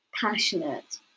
passionate